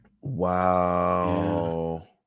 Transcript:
Wow